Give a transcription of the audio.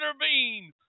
intervene